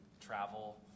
travel